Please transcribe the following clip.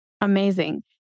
Amazing